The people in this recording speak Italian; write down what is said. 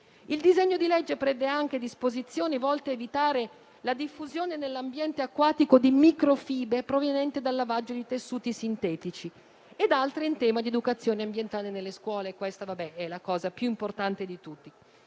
Il disegno di legge prevede anche disposizioni volte ad evitare la diffusione nell'ambiente acquatico di microfibre provenienti dal lavaggio di tessuti sintetici ed altre in tema di educazione ambientale nelle scuole. Questa è la cosa più importante.